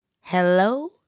Hello